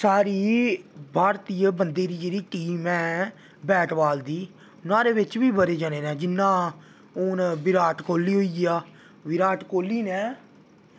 साढ़ी भारती बंदें दी जेह्ड़ी टीम ऐ बैट बॉल दी नोहाड़े बिच्च बी बड़े जनें न जि'यां हून बिराट कोह्ली होई गेआ बिराट कोह्ली ने